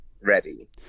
ready